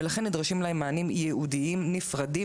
ולכן נדרשים להם מענים ייעודיים נפרדים